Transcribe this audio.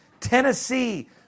Tennessee